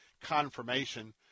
confirmation